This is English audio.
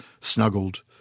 snuggled